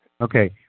Okay